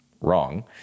wrong